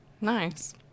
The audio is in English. Nice